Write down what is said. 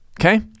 Okay